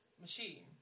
machine